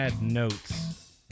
Notes